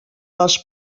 les